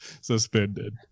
suspended